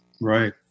Right